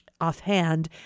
offhand